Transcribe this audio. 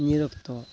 ᱱᱤᱭᱟᱹ ᱚᱠᱛᱚ